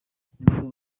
bwo